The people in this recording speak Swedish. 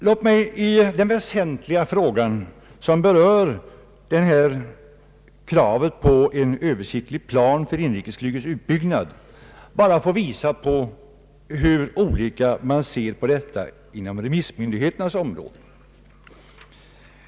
Låt mig i den väsentliga frågan som berör kravet på en översiktlig plan för inrikesflygets utbyggnad bara få antyda hur man ser på detta bland remissmyndigheterna.